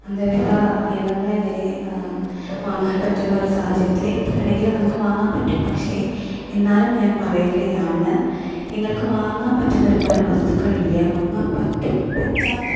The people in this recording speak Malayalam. ആന്തരിക അവയവങ്ങളെ വരെ വാങ്ങാൻ പറ്റുന്നൊരു സാഹചര്യത്തിൽ എന്ത് വേണമെങ്കിലും നമുക്ക് വാങ്ങാൻ പറ്റും പക്ഷേ എന്നാലും ഞാൻ പറയുകയാണ് നിങ്ങൾക്ക് വാങ്ങാൻ പറ്റുന്ന ഒരുപാട് വസ്തുക്കൾ ഇല്ല വാങ്ങാൻ പറ്റും പറ്റാത്ത